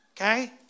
Okay